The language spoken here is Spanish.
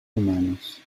humanos